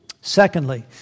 Secondly